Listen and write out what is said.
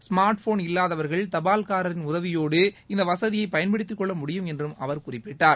smart phone இல்லாதவர்கள் தபால்காரரின் உதவியோடு இந்த வசதியை பயன்படுத்திக் கொள்ள முடியும் என்றும் அவர் குறிப்பிட்டார்